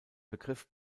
begriff